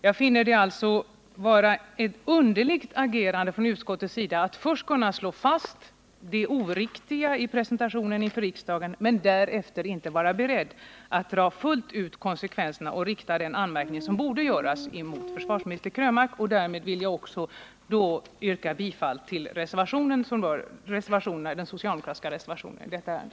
Jag finner det vara ett underligt agerande från utskottets sida att först slå fast det oriktiga i presentationen inför riksdagen och att därefter inte fullt ut dra konsekvenserna av detta och rikta den motiverade anmärkningen mot försvarsminister Krönmark. Därmed vill jag yrka bifall till den socialdemokratiska reservationen i detta ärende.